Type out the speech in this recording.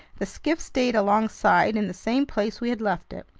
the skiff stayed alongside in the same place we had left it.